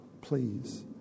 please